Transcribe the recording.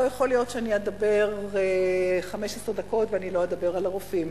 לא יכול להיות שאני אדבר 15 דקות ואני לא אדבר על הרופאים,